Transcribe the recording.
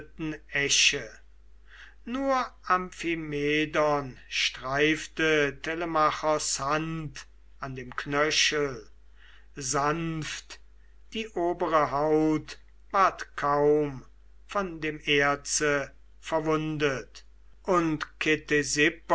nur amphimedon streifte telemachos hand an dem knöchel sanft die obere haut ward kaum von dem erze verwundet und